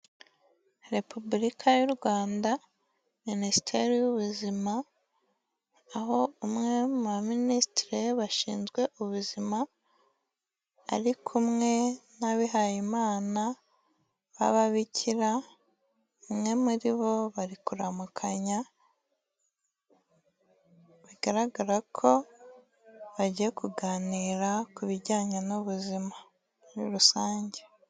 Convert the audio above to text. Repubulika y'u Rwanda, Minisiteri y'Ubuzima, aho umwe mu baminisitire bashinzwe ubuzima, ari kumwe n'abihayimana b'ababikira, umwe muri bo, bari kuramukanya, bigaragara ko bagiye kuganira ku bijyanye n'ubuzima muri rusange.